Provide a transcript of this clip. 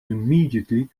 immediately